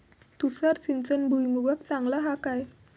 तुषार सिंचन भुईमुगाक चांगला हा काय?